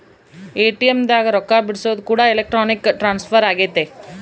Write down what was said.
ATM ದಾಗ ರೊಕ್ಕ ಬಿಡ್ಸೊದು ಕೂಡ ಎಲೆಕ್ಟ್ರಾನಿಕ್ ಟ್ರಾನ್ಸ್ಫರ್ ಅಗೈತೆ